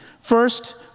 First